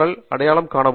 LI அடையாளம் காணவும்